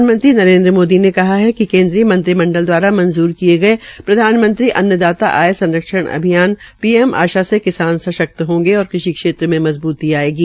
प्रधानमंत्री नरेन्द्र मोदी ने कहा है कि केन्द्रीय मंत्रिमंडल दवारा मंजूर किए गए प्रधानमंत्री अन्नदाता आय संरक्षण अभियान से किसान सशक्त होंगे और कृषि क्षेत्र में मजबूती आएगी